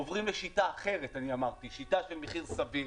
עוברים לשיטה אחרת, אני אמרתי, שיטה של מחיר סביר,